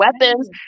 weapons